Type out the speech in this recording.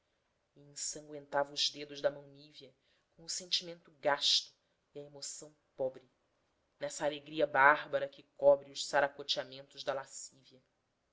e ensangüentava os dedos da mão nívea com o sentimento gasto e a emoção pobre nessa alegria bárbara que cobre os saracoteamentos da lascívia